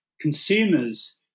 consumers